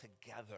together